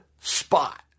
spot